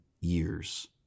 years